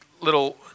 little